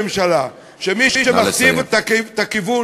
אשתו של אוריה החתי ושכב עמה בהיעדרו,